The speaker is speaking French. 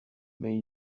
mais